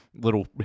little